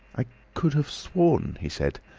i could have sworn he said.